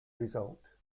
result